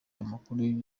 amakuru